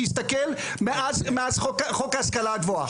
שיסתכל מאז חוק ההשכלה הגבוהה.